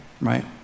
right